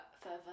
further